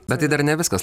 bet tai dar ne viskas